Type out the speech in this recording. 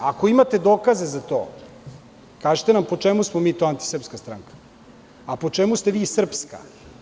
Ako imate dokaze za to, kažite nam po čemu smo mi to antisrpska stranka, a po čemu ste vi srpska?